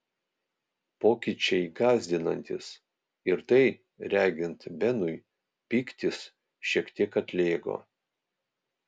pokyčiai gąsdinantys ir tai regint benui pyktis šiek tiek atlėgo